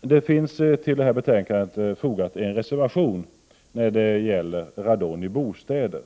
Till detta betänkande finns en reservation när det gäller radon i bostäder.